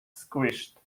squished